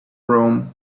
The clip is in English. rome